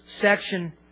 section